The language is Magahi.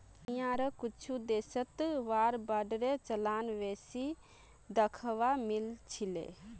दुनियार कुछु देशत वार बांडेर चलन बेसी दखवा मिल छिले